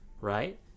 Right